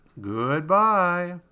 Goodbye